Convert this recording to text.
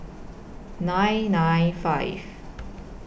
nine nine five